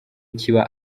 kiba